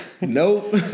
Nope